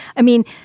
i mean,